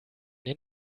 den